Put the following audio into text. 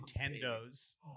Nintendo's